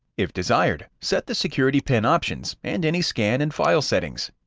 if desired, set the security pin options and any scan and file settings.